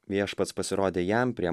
viešpats pasirodė jam prie